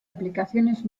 aplicaciones